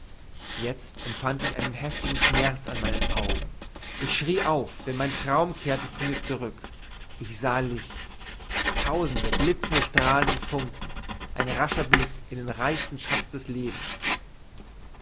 jetzt empfand ich einen heftigen schmerz an meinen augen ich schrie auf denn mein traum kehrte zu mir zurük ich sah licht tausend blizzende strahlen und funken ein rascher blick in den reichsten schaz des lebens